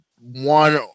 one